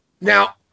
now